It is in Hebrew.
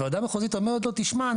הוועדה המחוזית אומרת לו תשמע,